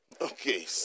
Okay